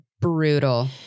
brutal